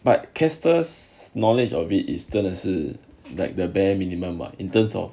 but caster knowledge of it is 真的是 like the bare minimum or in terms of